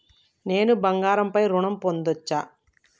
నేను బంగారం పై ఋణం పొందచ్చా?